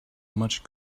much